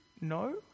no